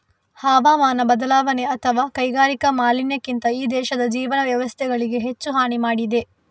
ಹವಾಮಾನ ಬದಲಾವಣೆ ಅಥವಾ ಕೈಗಾರಿಕಾ ಮಾಲಿನ್ಯಕ್ಕಿಂತ ಈ ದೇಶದ ಜೀವನ ವ್ಯವಸ್ಥೆಗಳಿಗೆ ಹೆಚ್ಚು ಹಾನಿ ಮಾಡಿದೆ